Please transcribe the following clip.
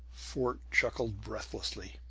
fort chuckled breathlessly.